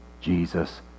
Jesus